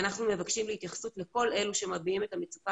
אנחנו מבקשים התייחסות לכל אלה שמביעים את המצוקה